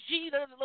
Jesus